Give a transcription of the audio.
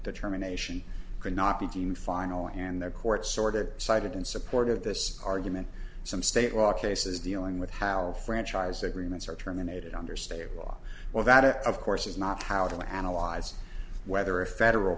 determination could not be deemed final and the court sort of cited in support of this argument some state law cases dealing with how our franchise agreements are terminated under state law well that it of course is not how to analyze whether a federal